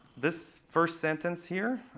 this first sentence here,